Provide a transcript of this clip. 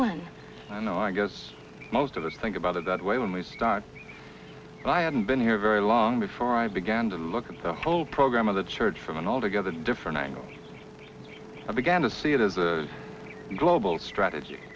ones i know i guess most of us think about it that way when we start i hadn't been here very long before i began to look at the whole program of the church from an altogether different angle i began to see it as a global strategy